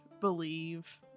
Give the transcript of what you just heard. believe